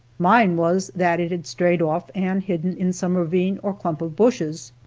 mine was that it had strayed off and hidden in some ravine or clump of bushes.